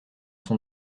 sont